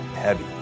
heavy